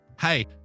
hey